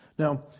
Now